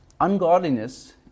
Ungodliness